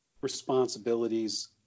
responsibilities